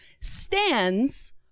stands